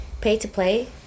pay-to-play